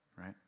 right